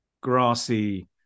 grassy